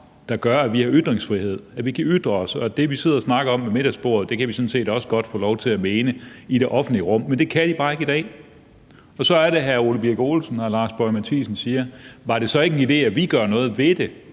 der gør, at vi har ytringsfrihed, at vi kan ytre os, og at det, vi sidder og snakker om ved middagsbordet, kan vi sådan set også godt få lov til at mene i det offentlige rum? Men det kan de bare ikke i dag, og så er det, at hr. Ole Birk Olesen og hr. Lars Boje Mathiesen siger, om det så ikke var en idé, at vi gør noget ved det